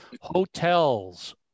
hotels